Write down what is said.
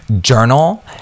journal